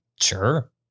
Sure